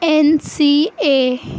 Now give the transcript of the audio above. N C A